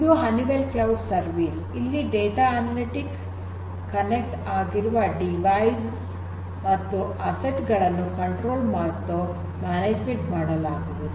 ಇದು Honeywell cloud service ಇಲ್ಲಿ data analytics connect ಆಗಿರುವ ಡಿವೈಸ್ ಮತ್ತು ಅಸೆಟ್ ಗಳನ್ನು ಕಂಟ್ರೋಲ್ ಮತ್ತು ಮ್ಯಾನೇಜ್ಮೆಂಟ್ ಮಾಡಲಾಗುವುದು